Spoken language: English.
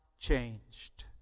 changed